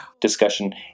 discussion